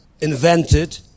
invented